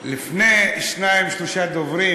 לפני שניים-שלושה דוברים